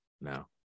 No